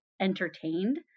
entertained